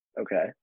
Okay